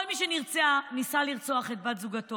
כל מי שניסה לרצוח את בת זוגו,